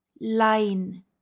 line